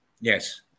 Yes